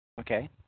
Okay